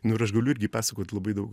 nu ir aš galiu irgi pasakot labai daug